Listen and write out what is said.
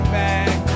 back